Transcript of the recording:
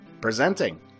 Presenting